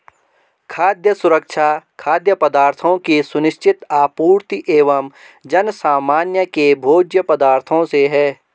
खाद्य सुरक्षा खाद्य पदार्थों की सुनिश्चित आपूर्ति एवं जनसामान्य के भोज्य पदार्थों से है